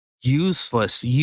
useless